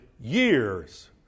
years